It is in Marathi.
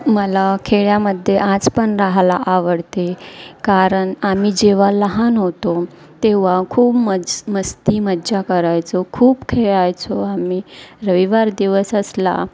मला खेड्यामध्ये आज पण राहायला आवडते कारण आम्ही जेव्हा लहान होतो तेव्हा खूप मज्ज मस्ती मज्जा करायचो खूप खेळायचो आम्ही रविवार दिवस असला